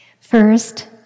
First